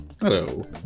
Hello